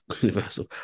Universal